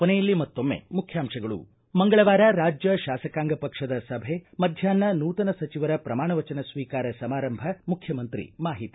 ಕೊನೆಯಲ್ಲಿ ಮತ್ತೊಮ್ಮೆ ಮುಖ್ಯಾಂಶಗಳು ಮಂಗಳವಾರ ರಾಜ್ಯ ಶಾಸಕಾಂಗ ಪಕ್ಷದ ಸಭೆ ಮಧ್ಯಾಹ್ನ ನೂತನ ಸಚಿವರ ಪ್ರಮಾಣ ವಚನ ಸ್ವೀಕಾರ ಸಮಾರಂಭ ಮುಖ್ಯಮಂತ್ರಿ ಟ್ವೀಟ್ ಮಾಹಿತಿ